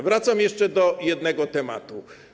Wracam jeszcze do jednego tematu.